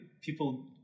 people